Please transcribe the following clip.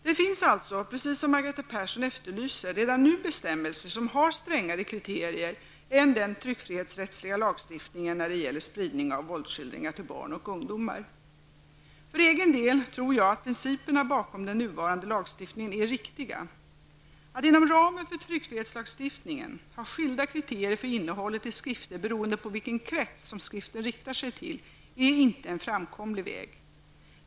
Det finns alltså, precis som Margareta Persson efterlyser, redan nu bestämmelser som har strängare kriterier än den tryckfrihetsrättsliga lagstiftningen när det gäller spridning av våldsskildringar till barn och ungdomar. För egen del tror jag att principerna bakom den nuvarande lagstiftningen är riktiga. Att inom ramen för tryckfrihetslagstiftningen ha skilda kriterier för innehållet i skrifter beroende på vilken krets som skriften riktar sig till är inte en framkomlig väg.